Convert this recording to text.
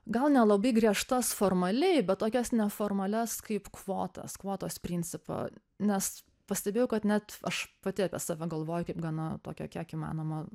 gal nelabai griežtas formaliai bet tokias neformalias kaip kvotas kvotos principo nes pastebėjau kad net aš pati apie save galvoju kaip gana tokią kiek įmanoma